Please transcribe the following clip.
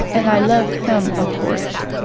and i love him, of course.